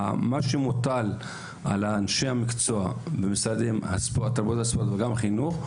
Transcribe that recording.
מה שמוטל על אנשי המקצוע במשרדי הספורט וגם בחינוך,